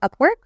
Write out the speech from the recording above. Upwork